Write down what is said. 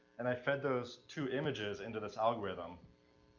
and i fed those two images into this algorithm,